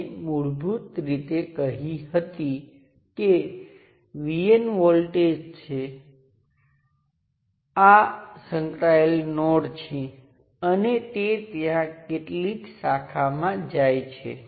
રેખીય ઘટકો શા માટે હોવા જોઈએ કારણ કે તેને મેળવવાં આપણે સુપરપોઝિશનનો ઉપયોગ કરીએ છીએ જે માત્ર રેખીય સર્કિટ માટે માન્ય છે